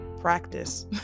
practice